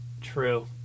True